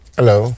Hello